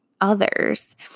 others